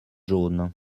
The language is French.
jaunes